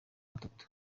batatu